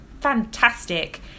fantastic